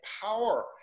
power